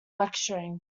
lecturing